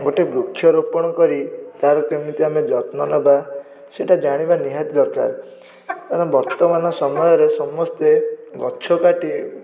ଗୋଟେ ବୃକ୍ଷରୋପଣ କରି ତା'ର କେମିତି ଆମେ ଯତ୍ନନେବା ସେଇଟା ଜାଣିବା ନିହାତି ଦରକାର କାରଣ ବର୍ତ୍ତମାନ ସମୟରେ ସମସ୍ତେ ଗଛକାଟି